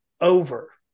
over